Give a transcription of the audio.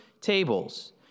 tables